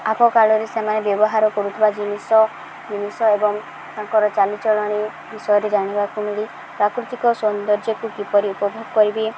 ଆଗକାଳରେ ସେମାନେ ବ୍ୟବହାର କରୁଥିବା ଜିନିଷ ଜିନିଷ ଏବଂ ତାଙ୍କର ଚାଲିଚଳଣି ବିଷୟରେ ଜାଣିବାକୁ ମିଳେ ପ୍ରାକୃତିକ ସୌନ୍ଦର୍ଯ୍ୟକୁ କିପରି ଉପଭୋଗ କରିବି